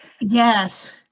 Yes